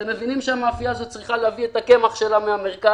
אתם מבינים שהמאפייה הזאת צריכה להביא את הקמח שלה מהמרכז,